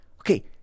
Okay